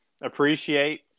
appreciate